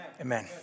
Amen